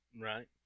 Right